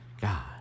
god